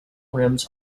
rims